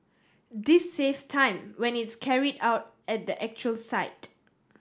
this save time when it's carried out at the actual site